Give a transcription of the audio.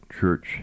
church